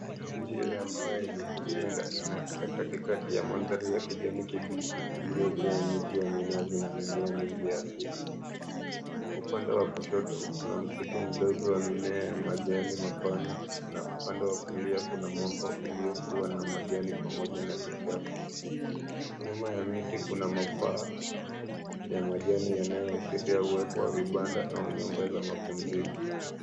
Njia ya mawe yenye kupinda inapita katikati ya mandhari ya kijani kibichi iliyojaa miti ya minazi na mimea mingi ya asili. Upande wa kushoto kuna msitu mdogo wa mimea ya majani mapana na upande wa kulia kuna mwamba uliokua na majani pamoja na vichaka. Nyuma ya miti kuna mapaa ya majani yanayoashiria uwepo wa vibanda au nyumba za mapumziko.